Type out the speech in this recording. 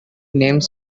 name